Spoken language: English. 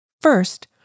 First